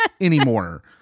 anymore